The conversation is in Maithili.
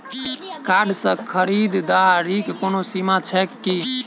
कार्ड सँ खरीददारीक कोनो सीमा छैक की?